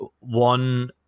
one